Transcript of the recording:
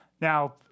Now